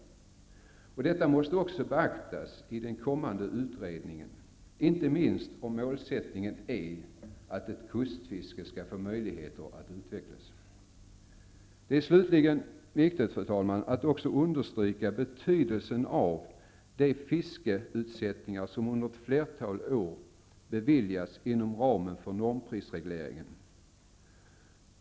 Detta måste också beaktas i den kommande utredningen; inte minst om målsättningen är att ett kustfiske skall få möjligheter att utvecklas. Det är slutligen viktigt, fru talman, att också understryka betydelsen av de fiskeutsättningar som under ett flertal år beviljats inom ramen för normprisregleringen.